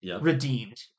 redeemed